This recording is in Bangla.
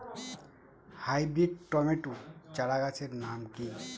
হাইব্রিড টমেটো চারাগাছের নাম কি?